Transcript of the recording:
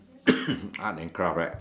art and craft right